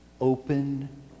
open